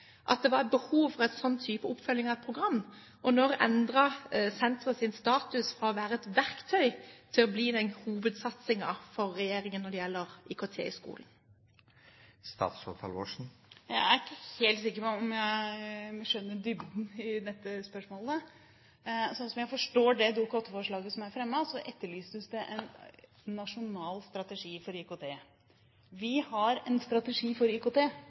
at det var behov for en slik type oppfølging av et program? Og når endret senteret sin status fra å være et verktøy til å bli hovedsatsingen for regjeringen når det gjelder IKT i skolen? Jeg er ikke helt sikker på om jeg skjønner dybden i dette spørsmålet. Slik jeg forstår det Dokument 8-forslaget som er fremmet, etterlyses det en nasjonal strategi for IKT. Vi har en strategi for IKT